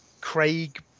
Craig